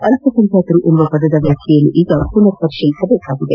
ಅಲ್ಪಸಂಖ್ಯಾತರು ಎಂಬ ಪದದ ವ್ಯಾಖ್ಯೆಯನ್ನು ಪನರ್ ಪರಿಶೀಲಿಸಬೇಕಿದೆ